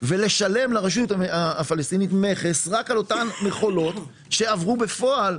ולשלם לרשות הפלסטינית מכס רק על אותן מכולות שעברו בפועל,